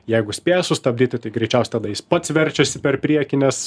jeigu spėja sustabdytitai greičiausiai tada jis pats verčiasi per priekį nes